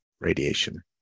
radiation